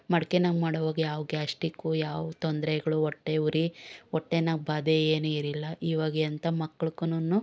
ಮಡ್ಕೆಯಾಗ ಮಾಡುವಾಗ ಯಾವ ಗ್ಯಾಸ್ಟಿಕ್ಕು ಯಾವ ತೊಂದರೆಗಳು ಹೊಟ್ಟೆ ಉರಿ ಹೊಟ್ಟೆಯಾಗ ಬಾಧೆ ಏನೂ ಇರಿಲ್ಲ ಇವಾಗ ಎಂಥ ಮಕ್ಳುಗೂನು